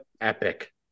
Epic